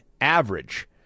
average